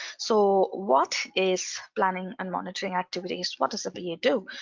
so what is planning and monitoring activities? what does the ba yeah do?